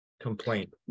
Complaint